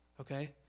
okay